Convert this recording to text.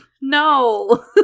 No